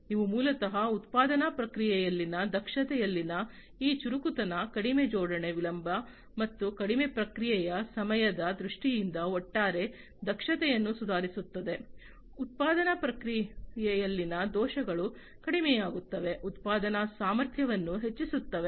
ಇವು ಮೂಲತಃ ಉತ್ಪಾದನಾ ಪ್ರಕ್ರಿಯೆಯಲ್ಲಿನ ದಕ್ಷತೆಯಲ್ಲಿನ ಈ ಚುರುಕುತನ ಕಡಿಮೆ ಜೋಡಣೆ ವಿಳಂಬ ಮತ್ತು ಕಡಿಮೆ ಪ್ರತಿಕ್ರಿಯೆ ಸಮಯದ ದೃಷ್ಟಿಯಿಂದ ಒಟ್ಟಾರೆ ದಕ್ಷತೆಯನ್ನು ಸುಧಾರಿಸುತ್ತದೆ ಉತ್ಪಾದನಾ ಪ್ರಕ್ರಿಯೆಯಲ್ಲಿನ ದೋಷಗಳು ಕಡಿಮೆಯಾಗುತ್ತವೆ ಉತ್ಪಾದನಾ ಸಾಮರ್ಥ್ಯವನ್ನು ಹೆಚ್ಚಿಸುತ್ತವೆ